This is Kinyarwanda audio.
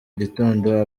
gitondo